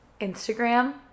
Instagram